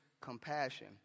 compassion